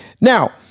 Now